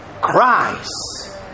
Christ